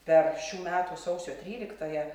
per šių metų sausio tryliktąją